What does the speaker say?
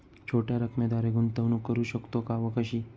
छोट्या रकमेद्वारे गुंतवणूक करू शकतो का व कशी?